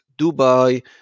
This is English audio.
Dubai